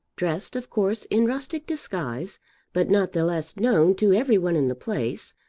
dressed of course in rustic disguise but not the less known to every one in the place,